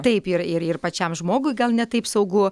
taip ir ir pačiam žmogui gal ne taip saugu